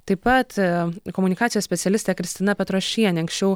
taip pat komunikacijos specialistė kristina petrošienė anksčiau